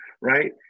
Right